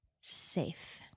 safe